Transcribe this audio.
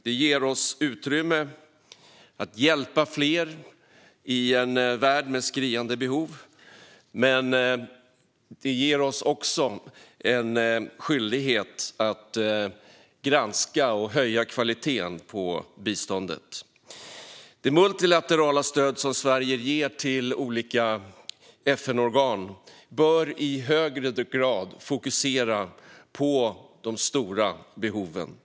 Det ger oss utrymme att hjälpa fler i en värld med skriande behov, men det ger oss också en skyldighet att granska och höja kvaliteten på biståndet. Det multilaterala stöd som Sverige ger till olika FN-organ bör i högre grad fokusera på de stora behoven.